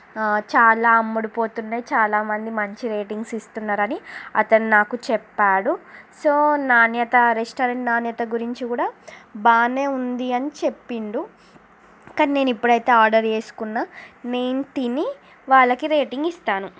చాలా అమ్ముడుపోతున్నాయి చాలామంది మంచి రేటింగ్స్ ఇస్తున్నారు అని అతను నాకు చెప్పాడు సో నాణ్యత రెస్టారెంట్ నాణ్యత గురించి కూడా బాగానే ఉందని చెప్పిండు కానీ నేనైతే ఇప్పుడు ఆర్డర్ చేసుకున్నాను నేను తిని వాళ్ళకి రేటింగ్ ఇస్తాను